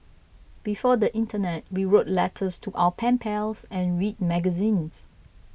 before the internet we wrote letters to our pen pals and read magazines